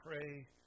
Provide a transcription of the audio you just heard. pray